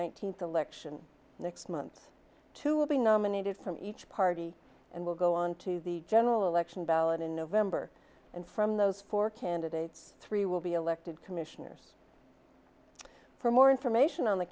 thousand the lection next month to be nominated from each party and will go on to the general election ballot in november and from those four candidates three will be elected commissioners for more information on the